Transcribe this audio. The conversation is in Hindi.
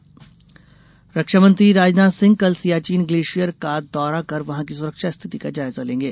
राजनाथ दौरा केन्द्रीय रक्षा मंत्री राजनाथ सिंह कल सियाचिन ग्लेसियर का दौरा कर वहां की सुरक्षा स्थिति का जायजा लेंगे